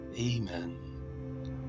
Amen